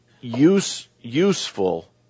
useful